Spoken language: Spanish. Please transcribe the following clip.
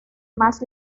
más